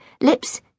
lips